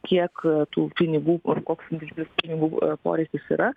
kiek tų pinigų kur koks didelis pinigų poreikis yra